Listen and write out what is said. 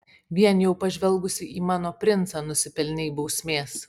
vien jau pažvelgusi į mano princą nusipelnei bausmės